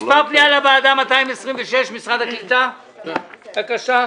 מספר פנייה לוועדה 226 משרד הקליטה, בבקשה.